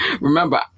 Remember